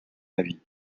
avis